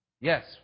Yes